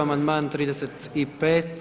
Amandman 35.